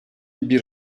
bir